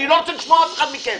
די.